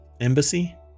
embassy